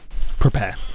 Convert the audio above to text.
Prepare